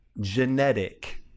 genetic